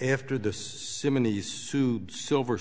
after the silver